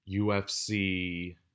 UFC